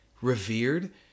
revered